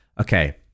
Okay